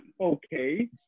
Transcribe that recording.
okay